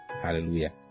Hallelujah